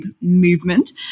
movement